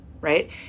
right